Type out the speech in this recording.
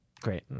Great